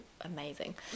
amazing